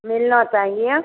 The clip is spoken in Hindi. मिलना चाहिए